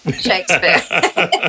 Shakespeare